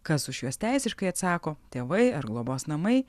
kas už juos teisiškai atsako tėvai ar globos namai